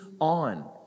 on